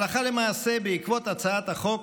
הלכה למעשה, בעקבות הצעת החוק